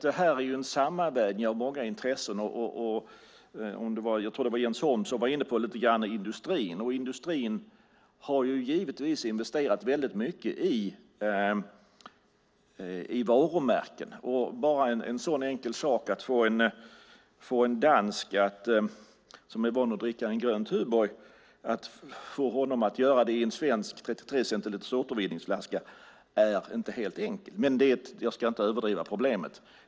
Det är en sammanvägning av många olika intressen. Jag tror det var Jens Holm som var lite grann inne på industrin. Den har givetvis investerat väldigt mycket i varumärken. Bara en sådan enkel sak som att få en dansk som är van att dricka en grön Tuborg i stället göra det i en svensk återvinningsbar 33-centilitersflaska är inte helt enkelt. Jag ska inte överdriva.